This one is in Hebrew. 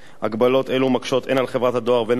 הגבלות אלו מקשות הן על חברת הדואר והן על בנק